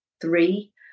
three